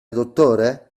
dottore